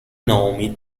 ناامید